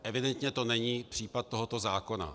Evidentně to není případ tohoto zákona.